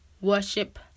worship